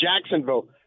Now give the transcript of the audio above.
Jacksonville